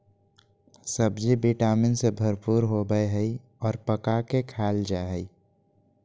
सब्ज़ि vitamin से भरपूर होबय हइ और पका के खाल जा हइ